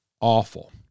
awful